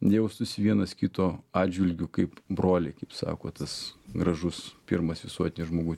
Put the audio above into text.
jaustųsi vienas kito atžvilgiu kaip broliai kaip sako tas gražus pirmas visuotinis žmogu